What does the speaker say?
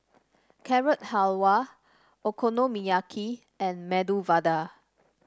Carrot Halwa Okonomiyaki and Medu Vada